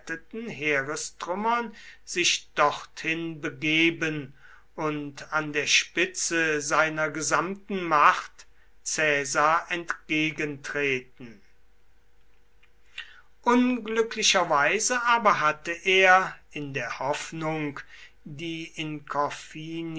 heerestrümmern sich dorthin begeben und an der spitze seiner gesamten macht caesar entgegentreten unglücklicherweise aber hatte er in der hoffnung die in